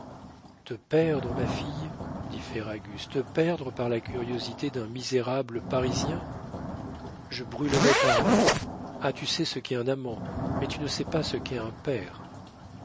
te perdre ma fille dit ferragus te perdre par la curiosité d'un misérable parisien je brûlerais paris ah tu sais ce qu'est un amant mais tu ne sais pas ce qu'est un père